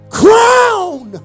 crown